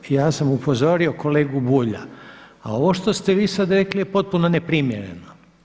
Ovako, ja sam upozorio kolegu Bulja, ali ovo što ste vi sada rekli je potpuno neprimjereno.